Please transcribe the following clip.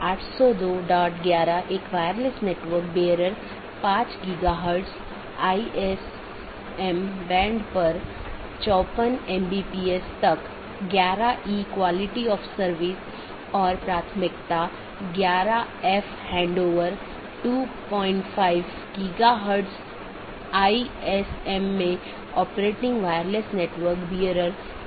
यदि हम पूरे इंटरनेट या नेटवर्क के नेटवर्क को देखते हैं तो किसी भी सूचना को आगे बढ़ाने के लिए या किसी एक सिस्टम या एक नेटवर्क से दूसरे नेटवर्क पर भेजने के लिए इसे कई नेटवर्क और ऑटॉनमस सिस्टमों से गुजरना होगा